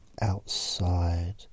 outside